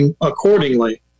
accordingly